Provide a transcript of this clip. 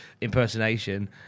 impersonation